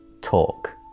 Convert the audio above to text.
talk